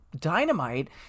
Dynamite